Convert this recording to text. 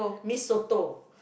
mee soto